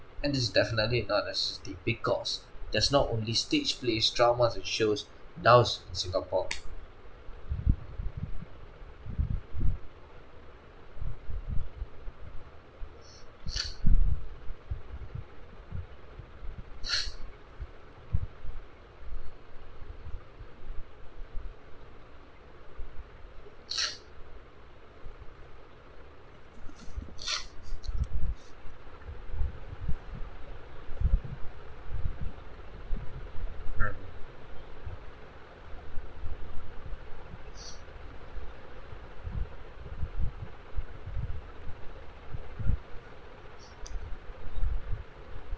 and it's definitely not a necessity because there's not only stage play dramas and shows in singapore prem